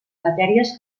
matèries